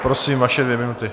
Prosím, vaše dvě minuty.